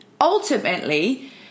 ultimately